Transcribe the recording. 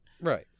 Right